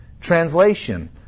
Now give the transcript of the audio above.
translation